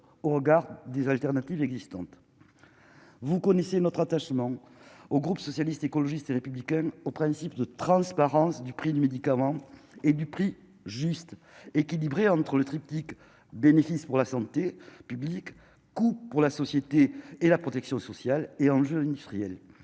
au regard des alternatives existantes, vous connaissez notre attachement au groupe socialiste, écologiste et républicain au principe de transparence du prix des médicaments et du prix juste équilibré entre le triptyque bénéfice pour la santé publique, coût pour la société et la protection sociale et enjeux industriels,